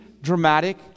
dramatic